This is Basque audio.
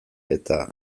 eta